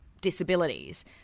disabilities